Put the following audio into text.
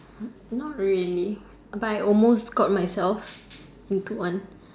not really but I almost got myself into one